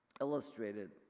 illustrated